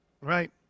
Right